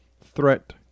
threat